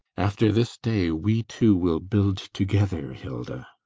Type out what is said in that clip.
after this day we two will build together, hilda.